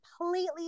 completely